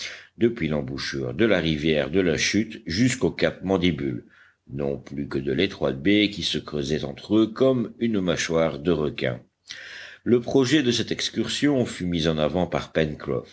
depuis l'embouchure de la rivière de la chute jusqu'aux caps mandibule non plus que de l'étroite baie qui se creusait entre eux comme une mâchoire de requin le projet de cette excursion fut mis en avant par